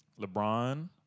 LeBron